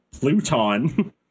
Pluton